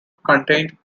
contained